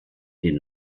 den